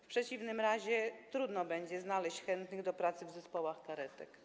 W przeciwnym razie trudno będzie znaleźć chętnych do pracy w zespołach karetek.